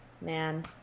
Man